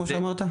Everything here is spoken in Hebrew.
כמו שאמרת?